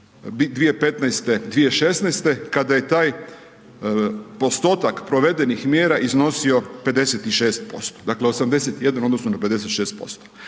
2015., 2016. kada je taj postotak provedenih mjera iznosio 56%. Dakle, 81 u odnosu na 56%.